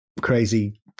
crazy